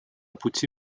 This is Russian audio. пути